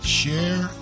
share